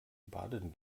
baden